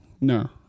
No